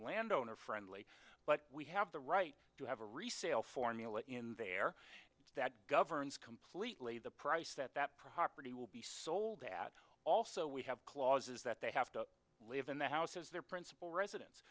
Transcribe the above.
landowner friendly but we have the right to have a resale formula in there that governs completely the price that that property will be soledad also we have clauses that they have to live in the house as their principal residen